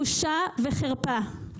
בושה וחרפה.